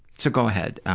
so go ahead.